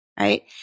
Right